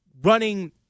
running